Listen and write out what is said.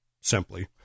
Simply